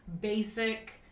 basic